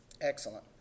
Excellent